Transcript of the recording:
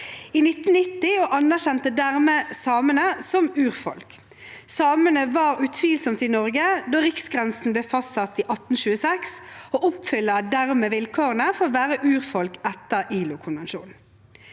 i 1990, og anerkjente dermed samene som urfolk. Samene var utvilsomt i Norge da riksgrensen ble fastsatt i 1826, og de oppfyller dermed vilkårene for å være urfolk etter ILO-konvensjonen.